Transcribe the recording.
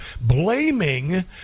blaming